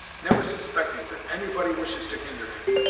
never suspecting that anybody wishes to hinder him.